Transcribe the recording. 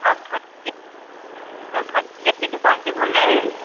आप हंतीय आप हंतीय की दुकान से बोल रहे हैं